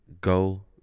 go